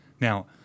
Now